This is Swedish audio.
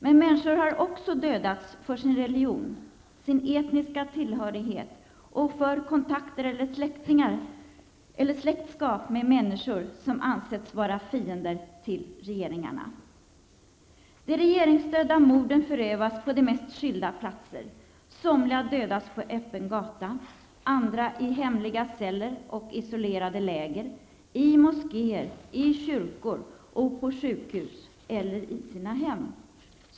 Men människor har också dödats för sin religion, sin etniska tillhörighet och för kontakter eller släktskap med människor, som ansetts vara fiender till regeringarna. De regeringsstödda morden förövas på de mest skilda platser. Somliga människor dödas på öppen gata, andra i hemliga celler och isolerade läger, i moskéer, i kyrkor och på sjukhus eller i sina hem.